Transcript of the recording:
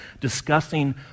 discussing